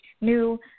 new